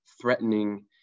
threatening